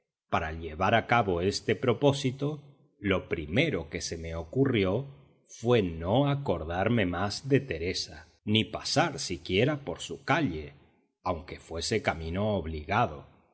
para llevar a cabo este propósito lo primero que se me ocurrió fue no acordarme más de teresa ni pasar siquiera por su calle aunque fuese camino obligado